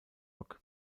rock